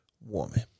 woman